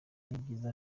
n’ibyiza